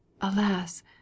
Alas